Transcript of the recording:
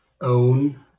own